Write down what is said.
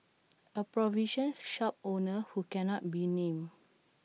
A provision shop owner who cannot be named